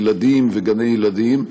ילדים וגני ילדים,